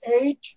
eight